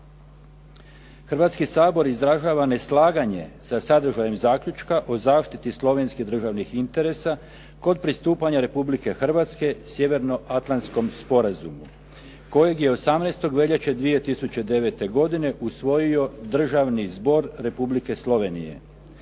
"Hrvatski sabor izražava neslaganje sa sadržajem zaključka o zaštiti slovenskih državnih interesa kod pristupanja Republike Hrvatske Sjevernoatlanskom sporazumu kojeg je 18. veljače 2009. godine usvojio Državni zbor Republike Slovenije.